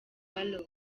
barrow